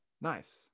nice